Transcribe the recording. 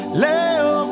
leo